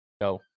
go